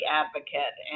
advocate